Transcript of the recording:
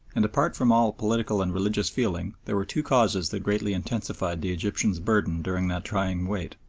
and apart from all political and religious feeling there were two causes that greatly intensified the egyptian's burthen during that trying wait.